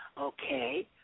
Okay